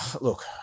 look